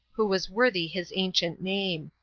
who was worthy his ancient name.